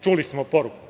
Čuli smo poruku.